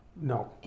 no